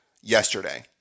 yesterday